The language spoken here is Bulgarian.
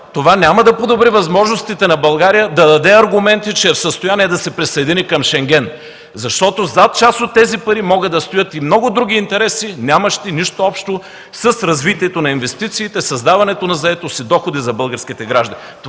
това няма да подобри възможностите на България да даде аргументи, че е в състояние да се присъедини към Шенген. Защото зад част от тези пари могат да стоят и много други интереси, нямащи нищо общо с развитието на инвестициите, създаването на заетост и доходи за българските граждани.